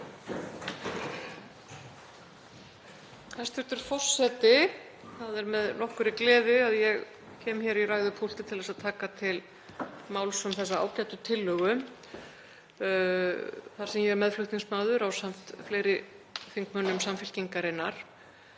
Hæstv. forseti. Það er með nokkurri gleði að ég kem hér í ræðupúltið til að taka til máls um þessa ágætu tillögu þar sem ég er meðflutningsmaður ásamt fleiri þingmönnum Samfylkingarinnar.